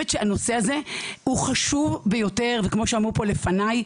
שהנושא הזה הוא חשוב ביותר וכמו שאמרו פה לפניי,